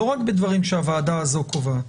לא רק בדברים שהוועדה הזו קובעת,